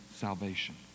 salvation